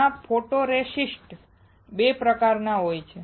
ત્યાં ફોટોરિસ્ટ્સ બે પ્રકારના હોય છે